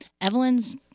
Evelyn's